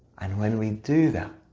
and when we do that,